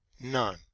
none